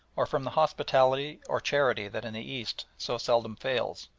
or from the hospitality or charity that in the east so seldom fails.